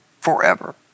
forever